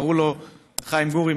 קראו לו "חיים גורי,